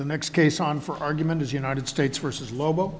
the next case on for argument is united states versus lobo